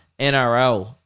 NRL